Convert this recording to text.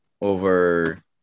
over